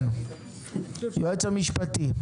כן, היועץ המשפטי.